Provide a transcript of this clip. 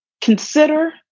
Consider